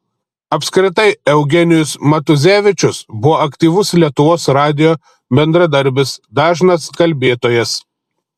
apskritai eugenijus matuzevičius buvo aktyvus lietuvos radijo bendradarbis dažnas kalbėtojas